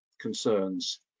concerns